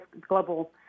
global